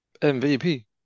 MVP